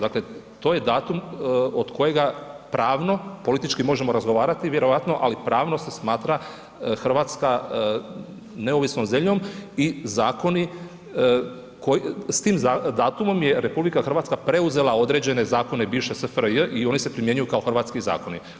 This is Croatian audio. Dakle to je datum od kojega pravno, politički možemo razgovarati vjerojatno ali pravno se smatra Hrvatska neovisnom zemljom i zakoni, s tim datumom je RH preuzela određene zakone bivše SFRJ i oni se primjenjuju kao hrvatski zakoni.